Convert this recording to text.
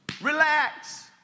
relax